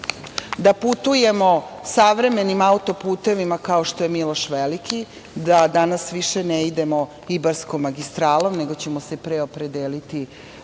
da putujemo savremenim auto-putevima kao što je „Milš Veliki“, da danas više ne idemo ibarskom magistralom, nego ćemo se pre opredeliti